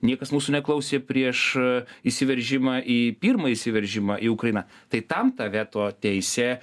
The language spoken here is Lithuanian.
niekas mūsų neklausė prieš įsiveržimą į pirmą įsiveržimą į ukrainą tai tam ta veto teisė